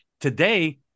Today